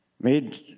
made